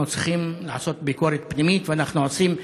אנחנו צריכים לעשות ביקורת פנימית, ואנחנו עושים,